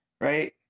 right